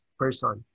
person